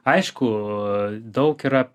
aišku daug yra